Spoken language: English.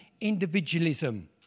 individualism